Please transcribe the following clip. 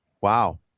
wow